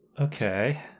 Okay